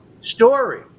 story